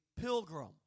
pilgrim